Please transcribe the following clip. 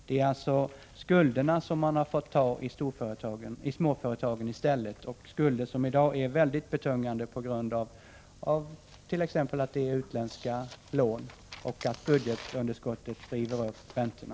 Det är alltså småföretagen som har fått dra på sig skulder — skulder som i dag är mycket betungande på grund av t.ex. utländska lån och på grund av att budgetunderskottet driver upp räntorna.